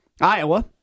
Iowa